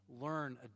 learn